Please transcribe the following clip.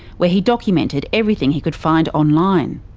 where he documented everything he could find online.